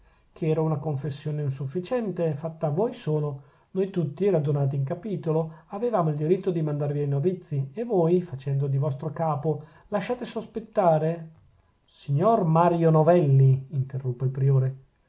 che era una confessione insufficiente fatta a voi solo noi tutti radunati in capitolo avevamo il diritto di mandar via i novizi e voi facendo di vostro capo lasciate sospettare signor mario novelli interruppe il priore